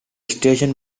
station